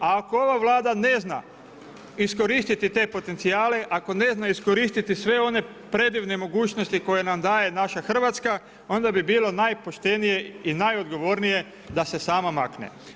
A ako ova Vlada ne zna iskoristiti te potencijale, ako ne zna iskoristiti sve one predivne mogućnosti koje nam daje naša Hrvatska, onda bi bilo najpoštenije i najodgovornije da se sama makne.